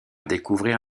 découvrir